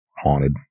haunted